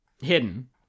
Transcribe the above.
hidden